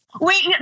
Wait